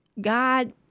God